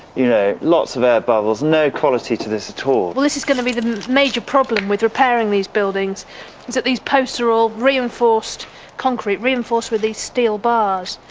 you know lots of air bubbles, no quality to this at all. well, this is gonna be the major problem with repairing these buildings, is that these posts are all reinforced concrete, reinforced with these steel bars,